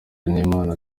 n’imana